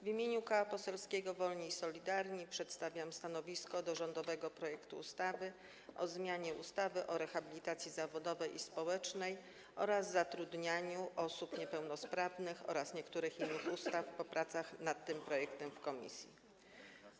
W imieniu Koła Poselskiego Wolni i Solidarni przedstawiam stanowisko w sprawie rządowego projektu ustawy o zmianie ustawy o rehabilitacji zawodowej i społecznej oraz zatrudnianiu osób niepełnosprawnych oraz niektórych innych ustaw po pracach nad tym projektem w komisji.